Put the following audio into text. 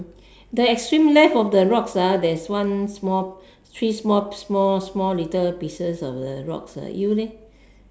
the extreme left of the rocks ah there's one small three small small small little pieces of the rocks eh you leh